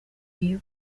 iyo